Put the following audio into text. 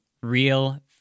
real